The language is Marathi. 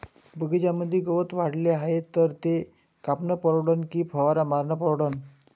बगीच्यामंदी गवत वाढले हाये तर ते कापनं परवडन की फवारा मारनं परवडन?